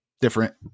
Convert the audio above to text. different